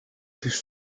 plus